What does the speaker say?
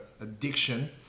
addiction